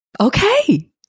Okay